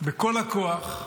בכל הכוח,